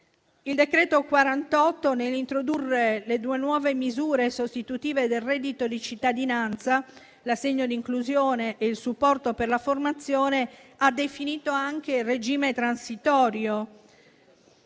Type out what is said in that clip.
48 del 2023, nell'introdurre le due nuove misure sostitutive del reddito di cittadinanza, ossia l'assegno di inclusione e il supporto per la formazione, ha definito anche il regime transitorio.